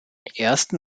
ersten